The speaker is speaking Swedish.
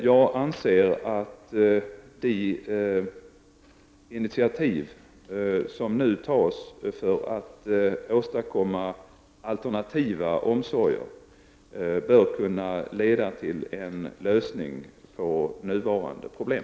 Jag anser att de initiativ som nu tas för att åstadkomma alternativa omsorger bör kunna leda till en lösning på nuvarande problem.